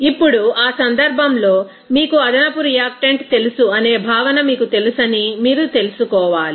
ఇప్పుడు ఆ సందర్భంలో మీకు అదనపు రియాక్టెంట్ తెలుసు అనే భావన మీకు తెలుసని మీరు తెలుసుకోవాలి